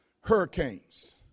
hurricanes